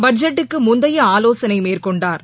பட்ஜெட்டுக்குமுந்தைய ஆலோசனைமேற்கொண்டாா்